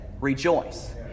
rejoice